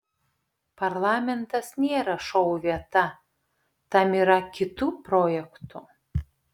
parlamentas nėra šou vieta tam yra kitų projektų